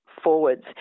forwards